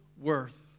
worth